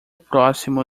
próximo